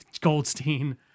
Goldstein